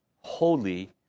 Holy